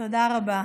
תודה רבה.